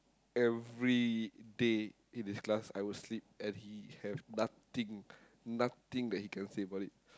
everyday in his class I would sleep and he have nothing nothing that he can say about it